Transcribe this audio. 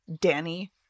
Danny